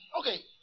Okay